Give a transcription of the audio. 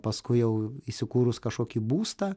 paskui jau įsikūrus kažkokį būstą